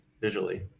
visually